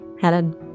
Helen